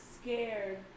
scared